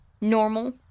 normal